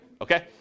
okay